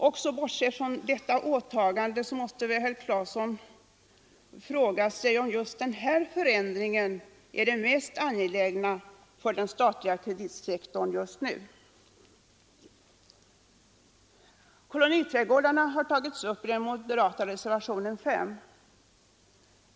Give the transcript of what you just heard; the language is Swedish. Också bortsett från detta åtagande måste herr Claeson fråga sig om just den här förändringen är den mest angelägna för den statliga kreditsektorn just nu. Frågan om koloniträdgårdarna har tagits upp i den moderata reservationen 5.